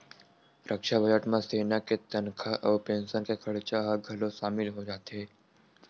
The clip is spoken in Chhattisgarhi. रक्छा बजट म सेना के तनखा अउ पेंसन के खरचा ह घलोक सामिल हो जाथे